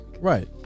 Right